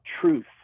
truth